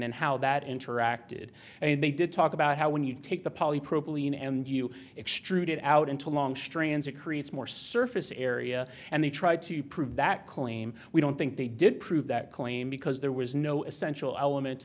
and how that interacted and they did talk about how when you take the polypropylene and you extrude it out into long strands it creates more surface area and they try to prove that claim we don't think they did prove that claim because there was no essential element